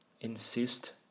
insist